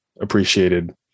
appreciated